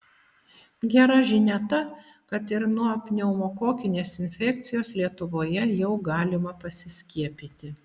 gera žinia ta kad ir nuo pneumokokinės infekcijos lietuvoje jau galima pasiskiepyti